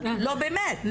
באמת,